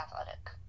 athletic